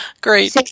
Great